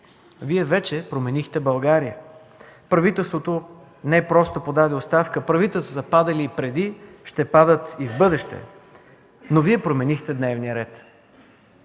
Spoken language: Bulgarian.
Вие вече променихте България! Правителството не просто подаде оставка, правителства са падали преди, ще падат и в бъдеще, но Вие променихте дневния ред.